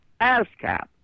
ASCAP